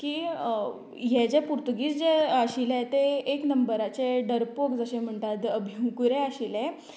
की हें जें पुर्तुगीज जें आशिल्लें तें एक नंबराचे डरपोक अशें म्हणटात भिवकुरें आशिल्लें